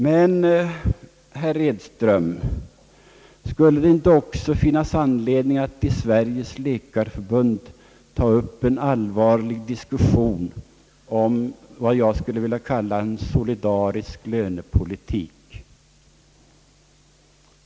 Men, herr Edström, finns det inte också anledning att i Sveriges läkarförbund ta upp en allvarlig diskussion om en solidarisk lönepolitik?